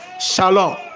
shalom